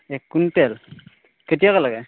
এক কুইণ্টল কেতিয়াকৈ লাগে